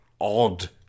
odd